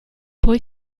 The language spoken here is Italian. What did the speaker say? poi